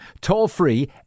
toll-free